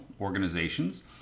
organizations